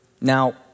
Now